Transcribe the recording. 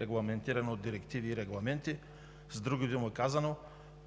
регламентирана от директиви и регламенти. С други думи казано: